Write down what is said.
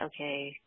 okay